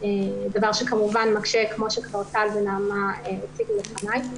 דבר שכמובן מקשה כמו שכבר טל ונעמה הציגו לפניי.